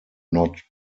not